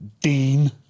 Dean